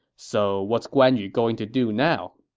so what's guan yu going to do now?